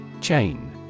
Chain